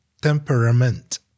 temperament